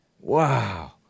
Wow